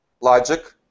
logic